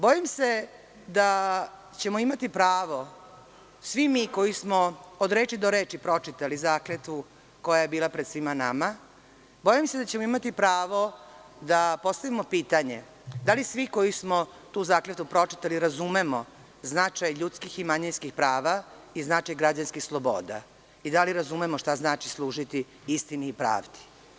Bojim se da ćemo imati pravo, svi mi koji smo od reči do reči pročitali zakletvu koja je bila pred svima nama, bojim se da ćemo imati pravo da postavimo pitanje - da li svi koji smo tu zakletvu pročitali razumemo značaj ljudskih i manjinskih prava i značaj građanskih sloboda i da li razumemo šta znači služiti istini i pravdi?